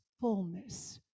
fullness